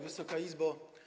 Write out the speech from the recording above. Wysoka Izbo!